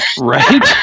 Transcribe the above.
Right